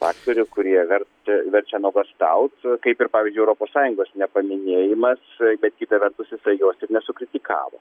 faktorių kurie verčia verčia nuogąstaut kaip ir pavyzdžiui europos sąjungos nepaminėjimas bet kita vertus jisai jos ir nesukritikavo